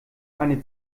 eine